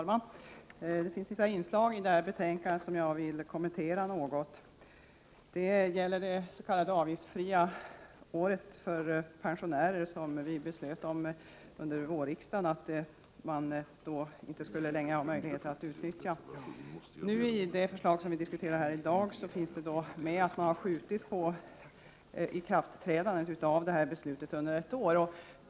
Fru talman! Det finns vissa inslag i detta betänkande som jag vill kommentera något. Det gäller t.ex. det s.k. avgiftsfria året för pensionärer. Under vårriksdagen beslutade vi att man inte längre skulle ha möjlighet att utnyttja det. I det förslag som vi diskuterar i dag anges att man skjuter på ikraftträdandet av detta beslut ett år.